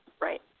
Right